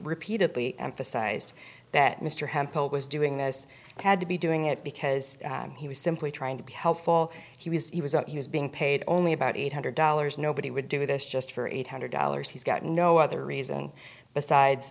repeatedly emphasized that mr hemphill was doing this had to be doing it because he was simply trying to be helpful he was he was being paid only about eight hundred dollars nobody would do this just for eight hundred dollars he's got no other reason besides